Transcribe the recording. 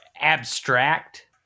abstract